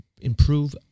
improve